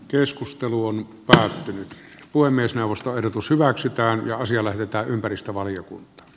keskustelu on päättynyt puhemiesneuvoston ehdotus hyväksytään voisi lähettää ympäristövaliokunta